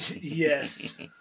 Yes